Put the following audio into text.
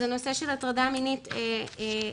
הנושא של הטרדה מינית דובר,